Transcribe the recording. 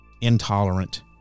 intolerant